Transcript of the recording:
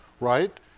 right